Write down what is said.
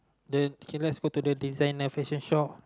then okay let's go to the designer fashion shop